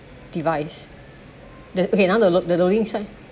device then okay now the load the loading sign